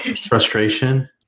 frustration